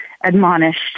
admonished